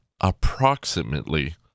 approximately